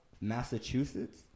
Massachusetts